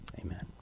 amen